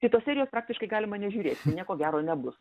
tai tos serijos praktiškai galima nežiūrėti nieko gero nebus